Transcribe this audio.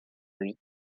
huit